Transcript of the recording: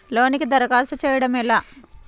లోనుకి దరఖాస్తు చేయడము ఎలా?